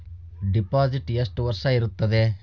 Deposit ಎಷ್ಟು ವರ್ಷ ಇರುತ್ತದೆ?